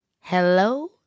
Hello